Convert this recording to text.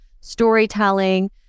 storytelling